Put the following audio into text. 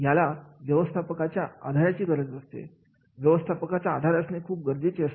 याला व्यवस्थापकांच्या आधाराची गरज असते व्यवस्थापकांचा आधार असणे खूप गरजेचे असते